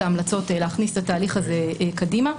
ההמלצות להכניס את התהליך הזה קדימה,